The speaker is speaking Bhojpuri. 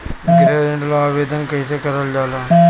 गृह ऋण ला आवेदन कईसे करल जाला?